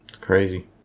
Crazy